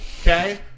okay